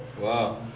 Wow